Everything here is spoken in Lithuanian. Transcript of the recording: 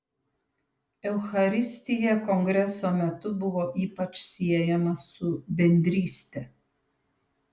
eucharistija kongreso metu buvo ypač siejama su bendryste